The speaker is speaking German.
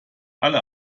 alle